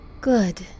Good